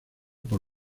por